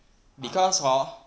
because hor